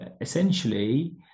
essentially